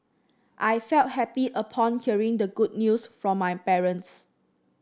I felt happy upon hearing the good news from my parents